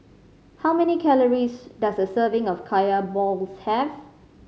how many calories does a serving of Kaya balls have